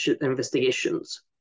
investigations